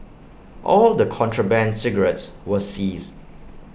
all the contraband cigarettes were seized